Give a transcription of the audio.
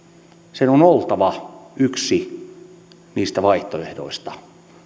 sen on on oltava yksi niistä vaihtoehdoista